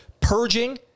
purging